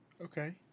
Okay